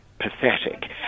Pathetic